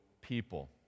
people